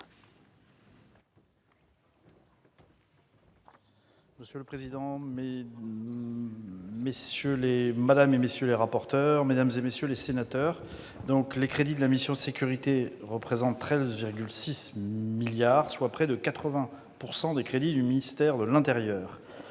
Monsieur le président, madame et messieurs les rapporteurs, mesdames, messieurs les sénateurs, les crédits de la mission « Sécurités » représentent 13,6 milliards d'euros, soit près de 80 % des crédits du ministère de l'intérieur.